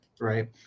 right